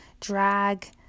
drag